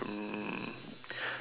um